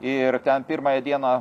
ir ten pirmąją dieną